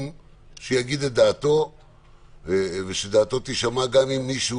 שיגיד את דעתו ושדעתו תישמע גם אם מישהו